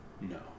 no